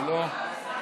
זה לא,